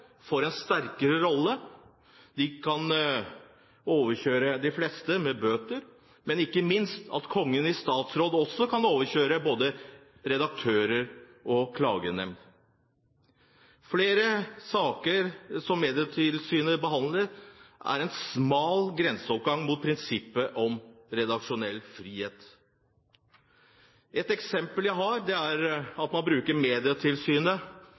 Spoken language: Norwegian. får en sterkere rolle. De kan overkjøre de fleste med bøter, men Kongen i statsråd – ikke minst – kan også overkjøre både redaktører og klagenemnd. Flere saker som Medietilsynet behandler, er en smal grenseoppgang mot prinsippet om redaksjonell frihet. Et eksempel jeg har, er at man bruker Medietilsynet